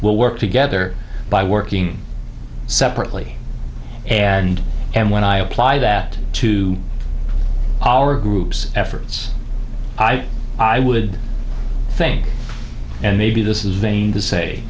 will work together by working separately and and when i apply that to our group's efforts i would think and maybe this is vain to say